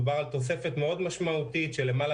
מדובר על תוספת מאוד משמעותית של למעלה